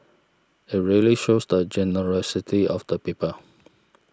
it really shows the generosity of the people